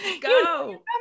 Go